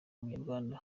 umunyarwanda